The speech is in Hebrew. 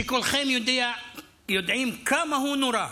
שכולכם יודעים כמה הוא נורא,